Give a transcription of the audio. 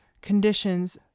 conditions